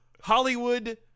Hollywood